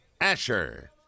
Asher